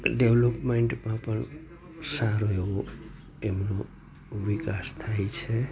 ડેવલોપમેન્ટમાં પણ સારો એવો એમનો વિકાસ થાય છે